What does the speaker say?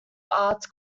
arts